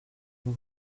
vous